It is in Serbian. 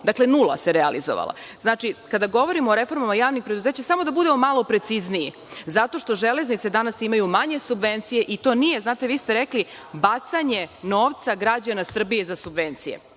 Dakle, nula se realizovalo. Znači, kada govorimo o reformama javnih preduzeća, samo da budemo malo precizniji zato što „Železnice“ imaju manje subvencije danas i to nije, kako ste rekli bacanje novca građana Srbije za subvencije. Subvencije